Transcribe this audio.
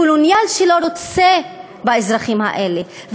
קולוניאל שלא רוצה באזרחים האלה.